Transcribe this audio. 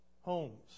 homes